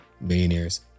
Millionaires